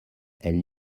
elles